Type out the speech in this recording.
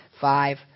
five